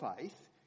faith